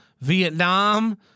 Vietnam